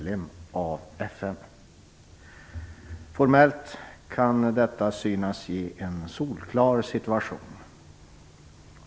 Formellt kan detta tyckas innebära en solklar situation.